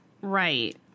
Right